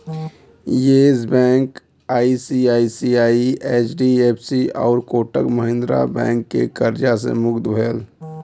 yes Bank ICICI, HDFC आउर Kotak Mahindra Bank के कर्जा से मुक्त भयल